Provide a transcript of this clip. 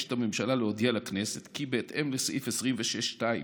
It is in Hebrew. מבקשת הממשלה להודיע לכנסת כי בהתאם לסעיף 26(2)